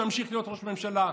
שימשיך להיות ראש ממשלה.